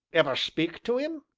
ever speak to im?